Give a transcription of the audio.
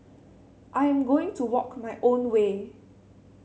I am going to walk my own way